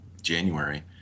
January